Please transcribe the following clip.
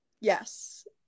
yes